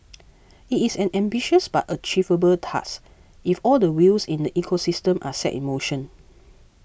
it is an ambitious but achievable task if all the wheels in the ecosystem are set in motion